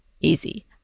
easy